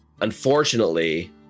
Unfortunately